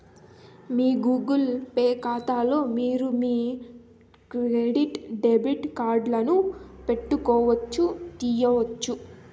మీ Google Pay కాతాలో మీరు మీ క్రెడిట్ డెబిట్ కార్డులను పెట్టొచ్చు, తీయొచ్చు